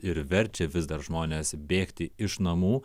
ir verčia vis dar žmones bėgti iš namų